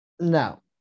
No